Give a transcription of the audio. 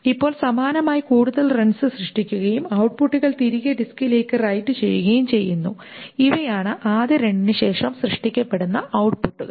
ഇപ്പോൾ സമാനമായി കൂടുതൽ റൺസ് സൃഷ്ടിക്കുകയും ഔട്ട്പുട്ടുകൾ തിരികെ ഡിസ്കിലേക്കു റൈറ്റ് ചെയ്യുകയും ചെയ്യുന്നു ഇവയാണ് ആദ്യ റണ്ണിന് ശേഷം സൃഷ്ടിക്കപ്പെടുന്ന ഔട്ട്പുട്ടുകൾ